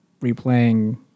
replaying